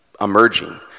emerging